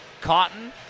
Cotton